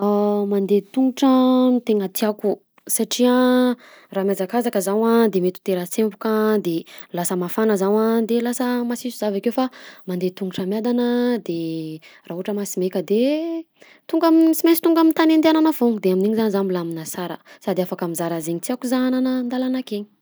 Mandeha tongotra no tena tiàko satria raha mihazakazaka zaho ah de mety ho tera tsemboka de lasa mafana zaho a de lasa masiso zah avekeo a fa mandeha tongotra miadana de raha ohatra ma sy meka de tonga amy sy maintsy tonga aminy tany andihanana foagna de amin'iny zany zao milamina sara sady afaka mizaha raha zegny tiàko zahana any an-dalana akeny.